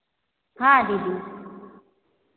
हाँ दीदी